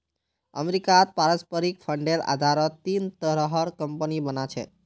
अमरीकात पारस्परिक फंडेर आधारत तीन तरहर कम्पनि बना छेक